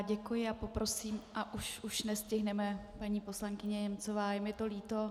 Děkuji a poprosím už nestihneme, paní poslankyně Němcová, je mi to líto.